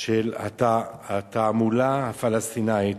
של התעמולה הפלסטינית